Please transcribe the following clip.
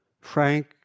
Frank